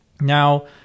Now